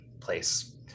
place